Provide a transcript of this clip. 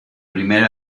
primer